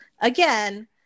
Again